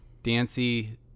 Dancy